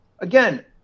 again